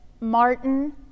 Martin